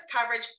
coverage